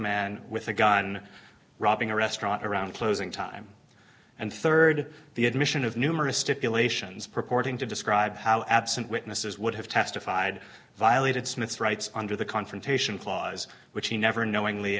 man with a gun robbing a restaurant around closing time and rd the admission of numerous stipulations purporting to describe how absent witnesses would have testified violated smith's rights under the confrontation clause which he never knowingly